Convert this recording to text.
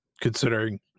considering